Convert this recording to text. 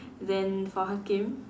than for Hakim